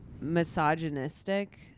misogynistic